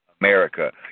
America